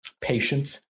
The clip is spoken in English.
Patience